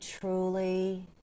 truly